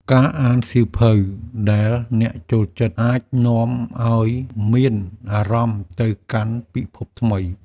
ការអានសៀវភៅដែលអ្នកចូលចិត្ត អាចនាំឲ្យមានអារម្មណ៍ទៅកាន់ពិភពថ្មី។